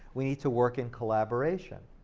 we need to work in collaboration.